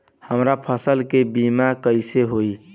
हमरा फसल के बीमा कैसे होई?